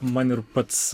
man ir pats